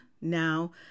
now